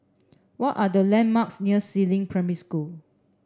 what are the landmarks near Si Ling Primary School